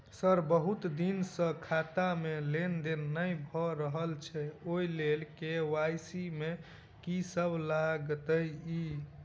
Sir बहुत दिन सऽ खाता मे लेनदेन नै भऽ रहल छैय ओई लेल के.वाई.सी मे की सब लागति ई?